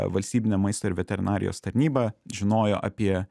valstybinė maisto ir veterinarijos tarnyba žinojo apie